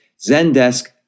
Zendesk